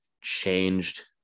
changed